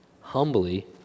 humbly